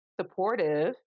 supportive